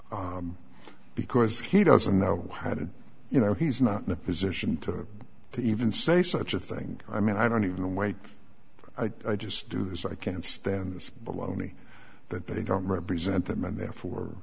because he doesn't know how do you know he's not in a position to to even say such a thing i mean i don't even wait just do this i can't stand this baloney that they don't represent them and therefore